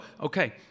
okay